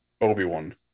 Obi-Wan